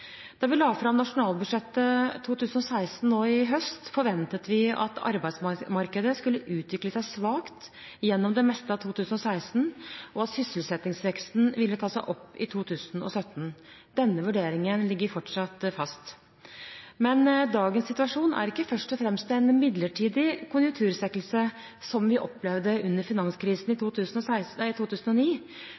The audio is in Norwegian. Da vi la fram nasjonalbudsjettet for 2016 nå i høst, forventet vi at arbeidsmarkedet skulle utvikle seg svakt gjennom det meste av 2016, og at sysselsettingsveksten ville ta seg opp i 2017. Denne vurderingen ligger fortsatt fast. Men dagens situasjon er ikke først og fremst en midlertidig konjunktursvekkelse, slik vi opplevde under finanskrisen i